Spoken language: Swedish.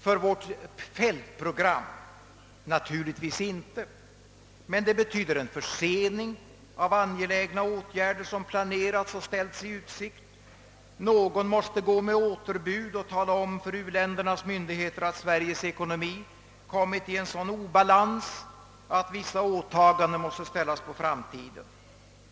för vårt fältprogram. Naturligtvis inte. Men det betyder en försening av angelägna åtgärder som planerats och ställts i utsikt. Någon måste gå med återbud och tala om för u-ländernas myndigheter att Sveriges ekonomi kommit i sådan obalans att vissa åtaganden måste ställas på framtiden.